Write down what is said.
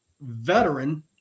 veteran